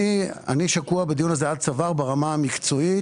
אני שקוע בדיון הזה עד צוואר ברמה המקצועית.